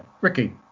Ricky